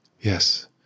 Yes